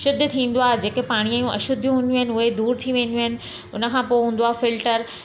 शुद्ध थींदो आहे जेके पाणीअ जूं अशुद्धी हूंदियूं आहिनि उहे दूरि थी वेंदियूं आहिनि उन खां पोइ हूंदो आहे फिल्टर